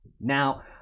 Now